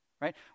right